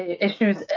issues